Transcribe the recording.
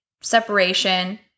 separation